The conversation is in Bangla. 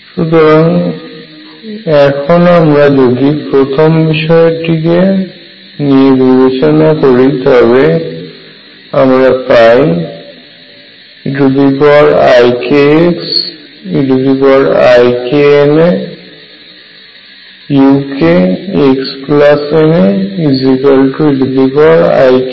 সুতরাং এখন আমরা যদি প্রথম বিষয় কে নিয়ে বিবেচনা করি তবে আমরা পাই eikxeikNaukxNaeikxuk